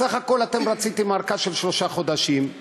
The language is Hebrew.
בסך הכול אתם רציתם ארכה של שלושה חודשים.